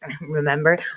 Remember